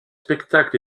spectacles